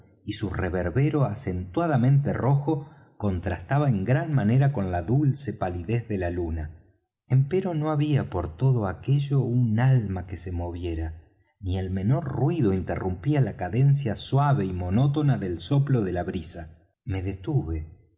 y su reverbero acentuadamente rojo contrastaba en gran manera con la dulce palidez de la luna empero no había por todo aquello un alma que se moviera ni el menor ruido interrumpía la cadencia suave y monótona del soplo de la brisa me detuve